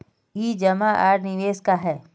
ई जमा आर निवेश का है?